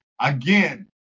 Again